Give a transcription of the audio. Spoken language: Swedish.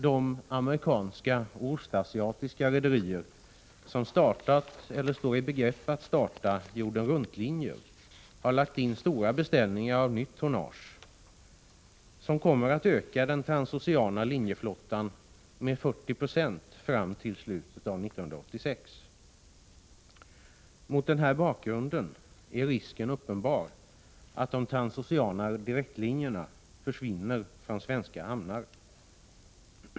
De amerikanska och ostasiatiska rederier som startat eller står i begrepp att starta jordenruntlinjer har lagt in stora beställningar på nytt tonnage, som kommer att öka den transoceana linjeflottan med 40 96 fram till slutet av år 1986. Mot den bakgrunden är risken uppenbar att de transoceana direktlinjerna försvinner från svenska hamnar.